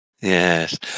Yes